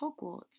Hogwarts